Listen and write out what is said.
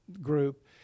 group